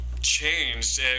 changed